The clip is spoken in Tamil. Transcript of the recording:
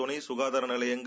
துணை சுகாதார நிலையங்கள்